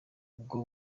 ubwo